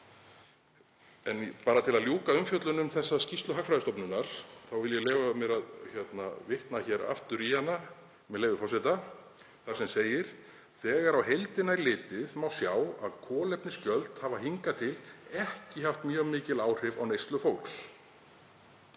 efnum. Til að ljúka umfjöllun um þessa skýrslu Hagfræðistofnunar þá vil ég leyfa mér að vitna aftur í hana, með leyfi forseta, þar sem segir: „Þegar á heildina er litið má sjá að kolefnisgjöld hafa hingað til ekki haft mjög mikil áhrif á neyslu fólks